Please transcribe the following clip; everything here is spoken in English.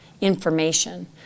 information